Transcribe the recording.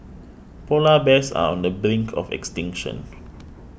Polar Bears are on the brink of extinction